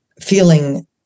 feeling